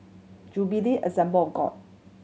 Jubilee Assembly of God